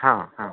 हां हां